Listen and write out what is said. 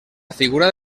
figura